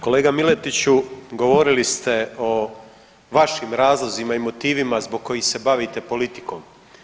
Kolega Miletiću govorili ste o vašim razlozima i motivima zbog kojih se bavite politikom.